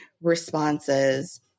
responses